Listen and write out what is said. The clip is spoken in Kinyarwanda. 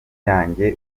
yanjye